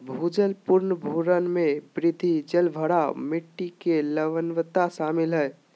भूजल पुनर्भरण में वृद्धि, जलभराव, मिट्टी के लवणता शामिल हइ